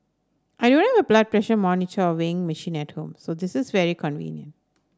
I don't have a blood pressure monitor or weighing machine at home so this is very convenient